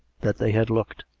that they had looked.